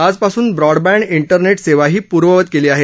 आजपासून broadband internet सेवाही पूर्ववत केली आहे